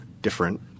different